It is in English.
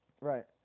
Right